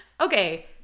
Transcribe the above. okay